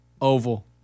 oval